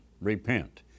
repent